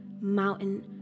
mountain